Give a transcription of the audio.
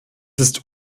ist